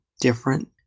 different